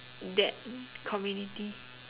that community